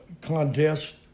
contest